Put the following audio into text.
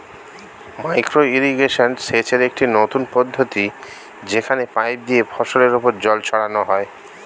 micro irrigation সেচের একটি নতুন পদ্ধতি যেখানে পাইপ দিয়ে ফসলের উপর জল ছড়ানো হয়